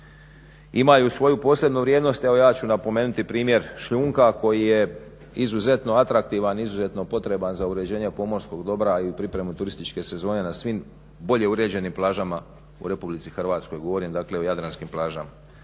imaju posebnu vrijednost. Evo ja ću napomenuti primjer šljunka koji je izuzetno atraktivan, izuzetno potreban za uređenje pomorskog dobra i u pripremu turističke sezone na svim bolje uređenim plažama u RH, dakle govorim o jadranskim plažama.